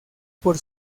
por